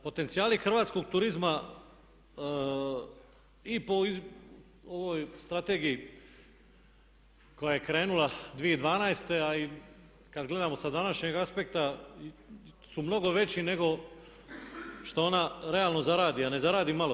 Potencijali hrvatskog turizma i po ovoj Strategiji koja je krenula 2012. i kad gledamo sa današnjeg aspekta su mnogo veći nego što ona realno zaradi, a ne zaradi malo.